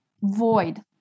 void